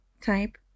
type